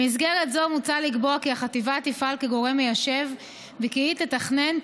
במסגרת זו מוצע לקבוע כי החטיבה תפעל כגורם מיישב וכי היא תתכנן,